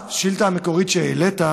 בשאילתה המקורית שהעלית,